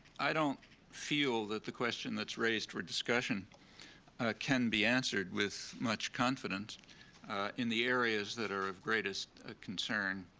i don't feel that the question that's raised for discussion can be answered with much confidence in the areas that are of greatest concern